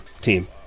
team